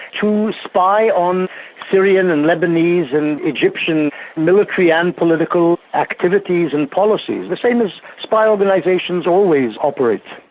to spy on syrian and lebanese and egyptian military and political activities and policies, the same as spy organisations always operate.